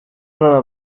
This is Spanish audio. rara